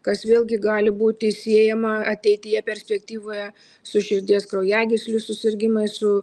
kas vėlgi gali būti siejama ateityje perspektyvoje su širdies kraujagyslių susirgimais su